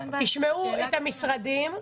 תשמעו את המשרדים.